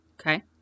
Okay